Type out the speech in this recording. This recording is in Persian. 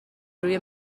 روی